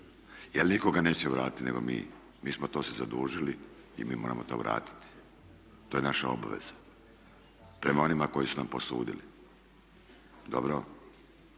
jer nitko ga neće vratiti nego mi, mi smo to se zadužili i mi moramo to vratiti. To je naša obveza prema onima koji su nam posudili. Dobro?